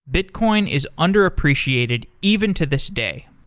bitcoin is under-appreciated even to this day.